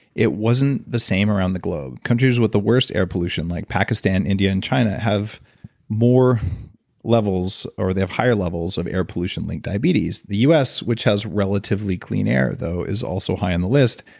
it wasn't the same around the globe. countries with the worst air pollution, like pakistan, india, and china have more levels, or they have higher levels, of air pollution link diabetes. the us, which has relatively clean air, though, is also high on the list,